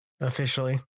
Officially